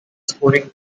scoring